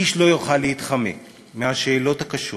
איש לא יוכל להתחמק מהשאלות הקשות,